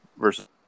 versus